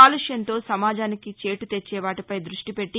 కాలుష్యంతో సమాజానికి చేటు తెచ్చే వాటిపై దృష్టిపెట్టి